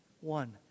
One